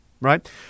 Right